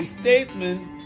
statement